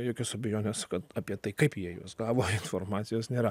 jokios abejonės kad apie tai kaip jie juos gavo informacijos nėra